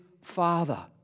father